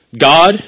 God